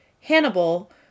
Hannibal